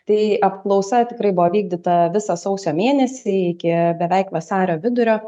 tai apklausa tikrai buvo vykdyta visą sausio mėnesį iki beveik vasario vidurio